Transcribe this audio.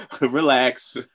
relax